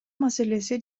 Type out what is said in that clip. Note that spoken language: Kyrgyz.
маселеси